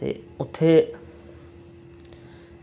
ते उत्थें